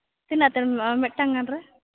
ᱛᱤᱱᱟᱹᱜ ᱛᱟᱦᱮᱱᱟ ᱢᱤᱫᱴᱟᱝ ᱜᱟᱱ ᱨᱮ